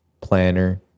planner